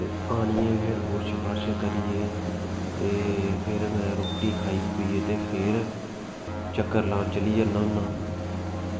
ते आह्नियै फिर बुर्श बार्श करियै ते फिर में रोटी खाई खुइयै ते फिर चक्कर लान चली जन्ना होन्ना